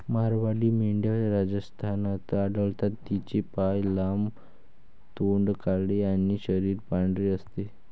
मारवाडी मेंढ्या राजस्थानात आढळतात, तिचे पाय लांब, तोंड काळे आणि शरीर पांढरे असते